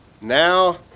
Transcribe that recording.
Now